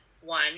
one